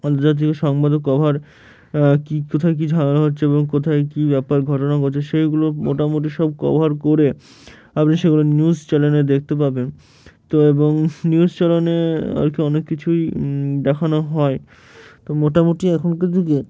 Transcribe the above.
আন্তর্জাতিক সংবাদও কভার কী কোথায় কী ঝামেলা হচ্ছে এবং কোথায় কী ব্যাপার ঘটনা ঘটছে সেইগুলো মোটামুটি সব কভার করে আপনি সেগুলো নিউজ চ্যানেলে দেখতে পাবেন তো এবং নিউজ চ্যানেলে আর কি অনেক কিছুই দেখানো হয় তো মোটামুটি এখনকার যুগে